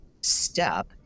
step